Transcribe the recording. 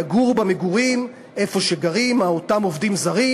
יגורו במגורים במקום שגרים אותם עובדים זרים,